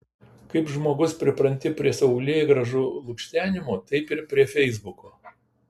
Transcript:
kaip žmogus pripranti prie saulėgrąžų lukštenimo taip ir prie feisbuko